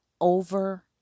over